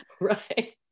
Right